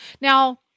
Now